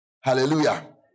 Hallelujah